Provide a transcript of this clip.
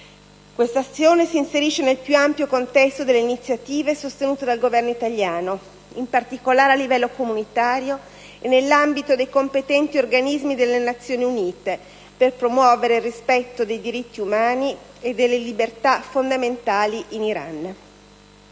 Questa azione si inserisce nel più ampio contesto delle iniziative sostenute dal Governo italiano, in particolare a livello comunitario e nell'ambito dei competenti organismi delle Nazioni Unite, per promuovere il rispetto dei diritti umani e delle libertà fondamentali in Iran.